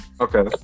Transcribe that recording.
Okay